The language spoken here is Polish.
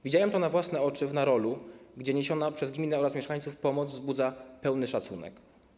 Widziałem to na własne oczy w Narolu, gdzie niesiona przez gminę oraz mieszkańców pomoc wzbudza pełny szacunek.